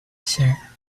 sir